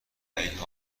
علیه